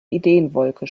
ideenwolke